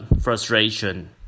frustration